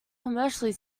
commercially